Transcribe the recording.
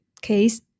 case